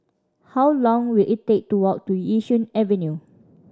how long will it take to walk to Yishun Avenue